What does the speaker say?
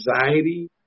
anxiety